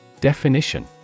Definition